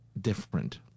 different